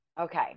Okay